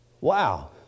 Wow